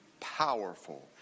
powerful